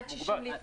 עד 60 ליטרים.